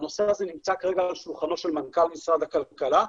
והנושא הזה נמצא כרגע על שולחנו של מנכ"ל משרד הכלכלה.